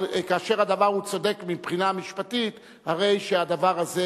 אבל כאשר הדבר הוא צודק מבחינה משפטית הרי הדבר הזה,